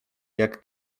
jak